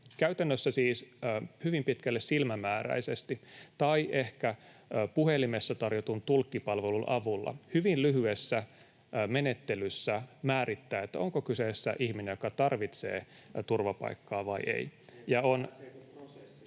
käytännössä siis hyvin pitkälle silmämääräisesti tai ehkä puhelimessa tarjotun tulkkipalvelun avulla, hyvin lyhyessä menettelyssä määrittää, onko kyseessä ihminen, joka tarvitsee turvapaikkaa vai ei, [Ben